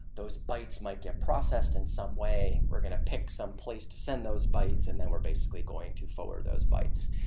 those bytes might get processed in some way, we're going to pick some place to send those bytes and then we're basically going to forward those bytes.